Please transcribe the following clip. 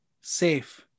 safe